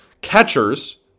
Catchers